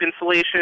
insulation